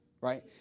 right